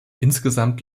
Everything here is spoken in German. insgesamt